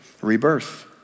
rebirth